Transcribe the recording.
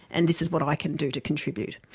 and this is what i can do to contribute.